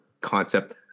concept